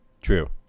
True